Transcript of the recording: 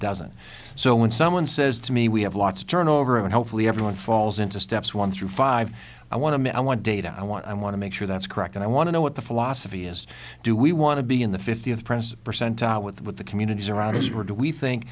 dozen or so when someone says to me we have lots of turnover and hopefully everyone falls into steps one through five i want to i want data i want i want to make sure that's correct and i want to know what the philosophy is do we want to be in the fiftieth prince percentile with the communities around us were do we think